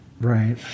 right